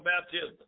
baptism